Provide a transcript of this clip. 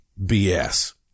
BS